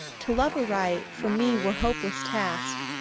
to love aright, for me were hopeless task,